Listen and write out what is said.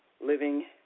living